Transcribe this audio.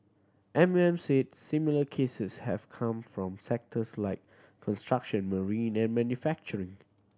M O M said similar cases have come from sectors like construction marine and manufacturing